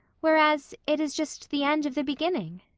whereas it is just the end of the beginning.